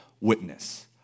witness